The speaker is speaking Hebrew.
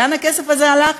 לאן הכסף הזה הלך?